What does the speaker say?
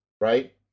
right